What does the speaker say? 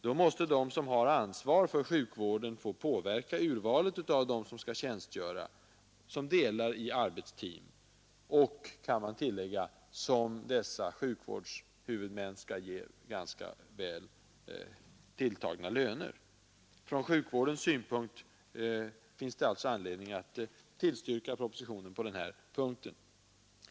Då måste de som har ansvar för sjukvården också få påverka urvalet av dem som skall ingå i ett arbetslag och — kan man tillägga — som skall få ganska väl tilltagna löner av sjukvårdshuvudmän Från sjukvårdens synpunkt finns det alltså anledning att tillstyrka propositionen på denna punkt.